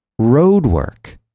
ROADWORK